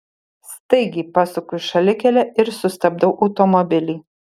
staigiai pasuku į šalikelę ir sustabdau automobilį